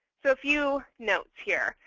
so a few notes here.